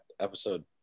episode